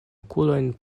okulojn